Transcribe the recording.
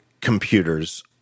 computers